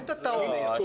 לא,